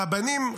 הרבנים,